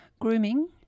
Grooming